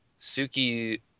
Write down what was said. Suki